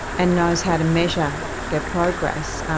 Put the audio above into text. and knows how to measure their progress,